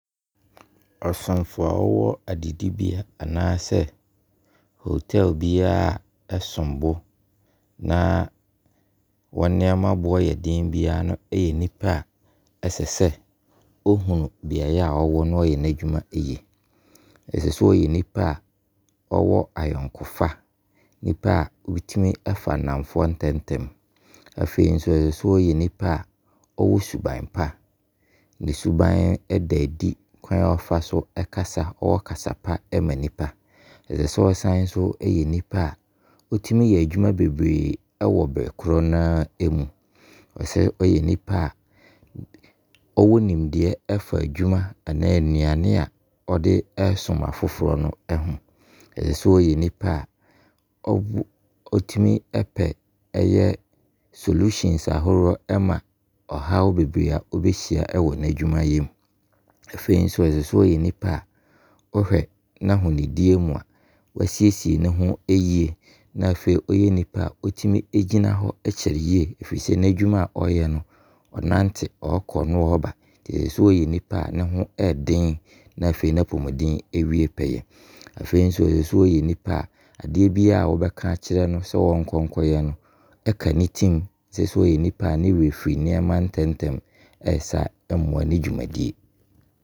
Ɔsomfo a ɔwɔ adidibea anaa sɛ hotel bi a ɛsom bo na wɔn nneɛma boɔ yɛden biaa no, ɛyɛ nipa a ɛsɛ sɛ ɔhunu biaeɛ ɔwɔ na ɔyɛ n'adwuma yie. Ɛsɛ sɛ ɔyɛ nipa a ɔwɔ ayɔnkofa. Nipa a ɔtumi ɛfa nnamfoɔ ntɛmtɛm. Afei nso ɛsɛ sɛ ɔyɛ nipa a ɔwɔ suban pa. Ne suban ɛda adi wɔ kwan a ɔfa so kasa, ɔwɔ kasapa ɛma nipa. Ɛsɛ sɛ ɔsane nso nyɛ nipa a ɔtumi yɛ adwuma bebree wɔ berɛ boro no a mu. Ɛsɛ sɛ ɔyɛ nipa a ɔwɔ nimdeɛ fa adwuma anaa nnuane a ɔde ɛsom afoforɔ no ho. Ɛsɛ sɛ ɔyɛ nipa a ɔtumi pɛ ɛyɛ solutions ahoroɔ ɛma ɔhaw bebree a ɔbɛhyia wɔ n'adwuma yɛ mu. Afei nso ɛsɛ sɛ ɔyɛ nipa a wo hwɛ n'ahonidie mu a, wɔasiesie ne ho yie. Na afei ɔyɛ nipa a ɔtumi gyina hɔ kyɛre yie. Ɛfiri sɛ n'adwuma a ɔyɛ no ɔnante, ɔkɔ na ɔba. Ɛnti ɛsɛ sɛ, ɔɔɛ nipa a ne ho ɛden na afei n'apɔmuden wie pɛyɛ. Afei nso ɛsɛ sɛ ɔɔɛ nipa a, adeɛ biara wo bɛka akyerɛ no sɛ ɔnkɔ nkɔ yɛ no ɛka ne tiri mu. Ɛnsɛ sɛ ɔyɛ nipa a ne werɛ firi nneɛma ntɛmtɛm, ɛyɛ saa ɛmmoa ne dwumadie.